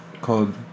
called